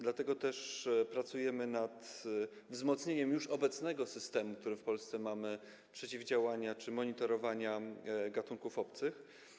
Dlatego też pracujemy nad wzmocnieniem obecnego systemu, który mamy w Polsce, przeciwdziałania temu czy monitorowania gatunków obcych.